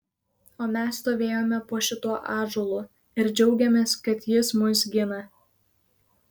o mes stovėjome po šituo ąžuolu ir džiaugėmės kad jis mus gina